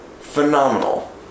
Phenomenal